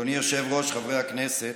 אדוני היושב-ראש, חברי הכנסת,